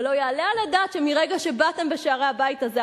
אבל לא יעלה על הדעת שמרגע שבאתם בשערי הבית הזה,